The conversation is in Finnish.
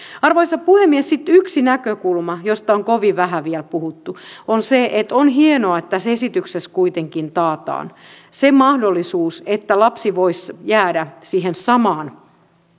arvoisa puhemies sitten yksi näkökulma josta on kovin vähän vielä puhuttu on se että on hienoa että tässä esityksessä kuitenkin taataan se mahdollisuus että lapsi voisi jäädä siihen samaan